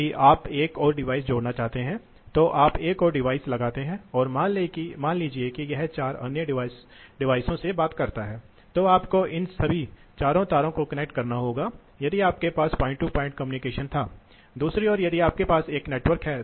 इसलिए यदि आप इसे चालू करते हैं और इसे बंद कर देते हैं तो मूल रूप से यदि यह प्रवाह दर Qmax है तो औसत प्रवाह दर दिया जाएगा Qmax x यह जानना बहुत आसान है यह Ton है और यह Toff है